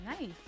Nice